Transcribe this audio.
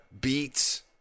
beats